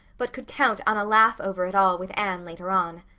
but could count on a laugh over it all with anne later on.